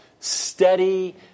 steady